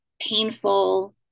painful